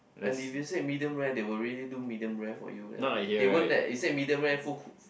and if you say medium rare they really do medium rare for you leh they won't like you say medium rare full cook